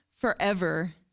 forever